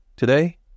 Today